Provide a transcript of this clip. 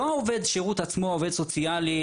לא שעובד השירות עצמו העובד הסוציאלי,